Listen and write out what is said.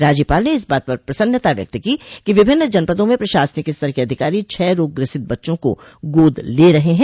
राज्यपाल ने इस बात पर प्रसन्नता व्यक्त की कि विभिन्न जनपदों में प्रशासनिक स्तर के अधिकारी क्षय रोग ग्रसित बच्चों को गोद ले रहे है